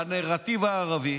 לנרטיב הערבי.